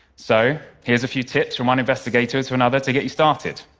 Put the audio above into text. so here's a few tips from one investigator to another to get you started.